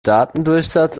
datendurchsatz